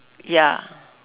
ya